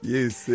Yes